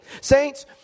Saints